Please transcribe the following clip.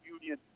Union